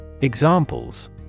Examples